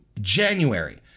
January